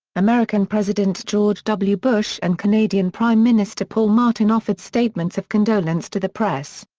american president george w. bush and canadian prime minister paul martin offered statements of condolence to the press.